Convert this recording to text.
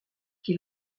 qui